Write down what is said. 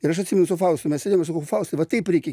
ir aš atsimenu su faustu mes sėdim ir sakau faustai va taip reikia